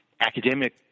academic